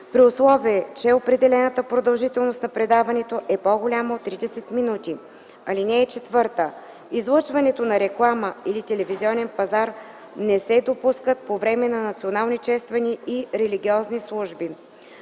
при условие че определената продължителност на предаването е по-голяма от 30 минути. (4) Излъчването на реклама или телевизионен пазар не се допускат по време на национални чествания и религиозни служби.